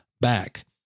back